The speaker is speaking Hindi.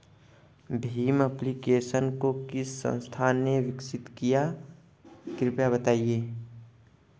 भीम एप्लिकेशन को किस संस्था ने विकसित किया है कृपया बताइए?